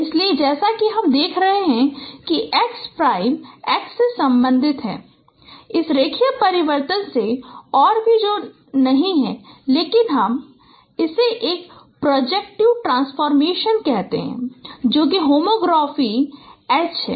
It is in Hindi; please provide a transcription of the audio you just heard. इसलिए जैसा कि हम देख रहे हैं कि x प्राइम x से संबंधित है इस रैखिक परिवर्तन से और जो कुछ भी नहीं है लेकिन हम इसे एक प्रोजेक्टिव ट्रांसफॉर्मेशन कहते हैं और जो कि होमोग्राफी H है